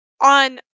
on